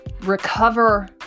recover